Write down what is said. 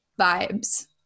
vibes